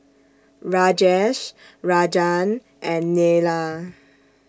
Rajesh Rajan and Neila